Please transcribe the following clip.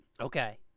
Okay